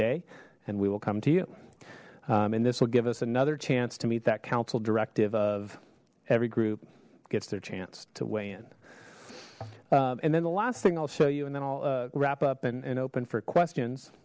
day and we will come to you and this will give us another chance to meet that council directive of every group gets their chance to weigh in and then the last thing i'll show you and then i'll wrap up and open for questions